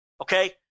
Okay